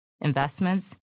investments